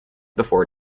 before